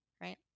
Right